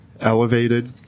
elevated